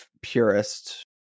purist